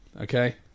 Okay